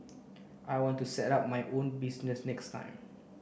I want to set up my own business next time